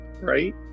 right